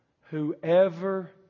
Whoever